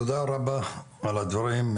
תודה רבה על הדברים,